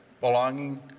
belonging